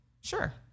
sure